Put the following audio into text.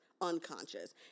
Unconscious